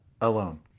alone